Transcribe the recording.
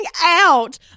out